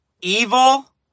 evil